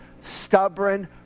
stubborn